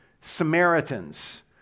Samaritans